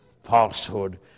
falsehood